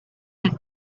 and